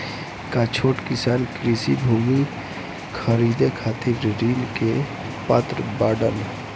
का छोट किसान कृषि भूमि खरीदे खातिर ऋण के पात्र बाडन?